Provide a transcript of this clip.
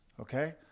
okay